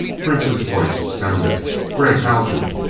prince's voice sounded gregg haljan!